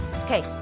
Okay